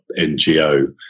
NGO